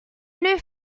new